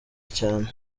cyane